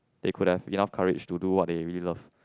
they could have enough courage to do what they really love